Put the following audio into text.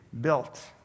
built